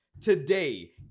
Today